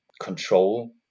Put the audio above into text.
control